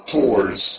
Tours